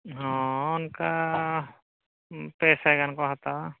ᱦᱮᱸ ᱚᱱᱟᱠᱟ ᱯᱮ ᱥᱟᱭᱜᱟᱱᱠᱚ ᱦᱟᱛᱣᱟ